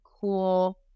cool